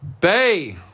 Bay